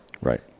Right